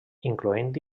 incloent